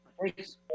Thanks